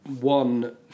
one